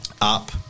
Up